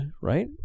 Right